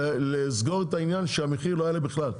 לסגור את העניין שהמחיר לא יעלה בכלל,